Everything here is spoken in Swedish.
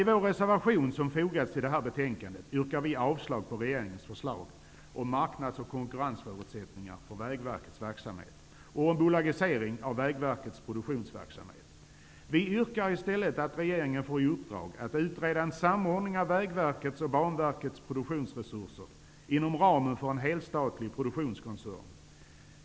I vår reservation som har fogats till betänkandet yrkar vi avslag på regeringens förslag om marknads och konkurrensförutsättningar för Vägverkets produktionsverksamhet. Vi yrkar i stället att regeringen får i uppdrag att utreda en samordning av Vägverkets och Banverkets produktionsresurser inom ramen för en helstatlig produktionskoncern.